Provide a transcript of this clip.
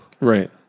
Right